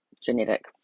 genetic